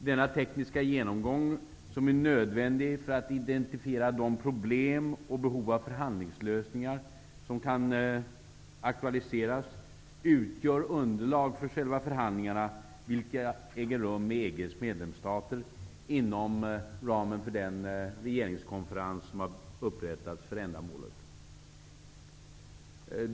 Denna tekniska genomgång, som är nödvändig för att man skall kunna identifiera de problem och behov av förhandlingslösningar som kan aktualiseras, utgör underlag för själva förhandlingarna, vilka äger rum med EG:s medlemsstater inom ramen för den regeringskonferens som har upprättats för ändamålet.